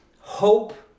hope